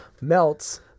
melts